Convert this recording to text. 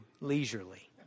leisurely